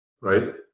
right